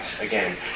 again